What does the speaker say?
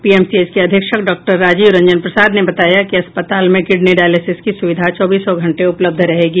PMCH के अधीक्षक doctor Rajiv Ranjan Prasad ने बताया कि अस्पताल में किडनी डायलिसिस की सूविधा चौबीसों घंटे उपलब्ध रहेगी